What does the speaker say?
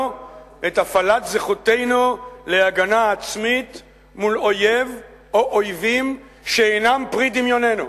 את הפעלת זכותנו להגנה עצמית מול אויב או אויבים שאינם פרי דמיוננו.